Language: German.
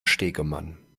stegemann